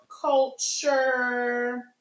culture